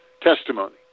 testimony